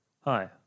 Hi